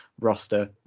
roster